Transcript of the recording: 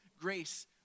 grace